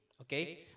Okay